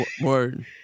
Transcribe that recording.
Word